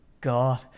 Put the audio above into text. god